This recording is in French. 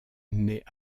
naît